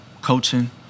coaching